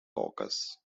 caucus